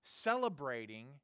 celebrating